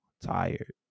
tired